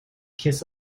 kiss